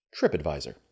TripAdvisor